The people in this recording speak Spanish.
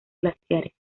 glaciares